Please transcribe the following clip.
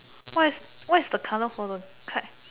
what is what is the colour for the kite